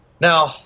Now